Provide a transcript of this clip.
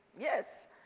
Yes